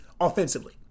offensively